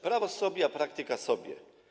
Prawo sobie, a praktyka sobie.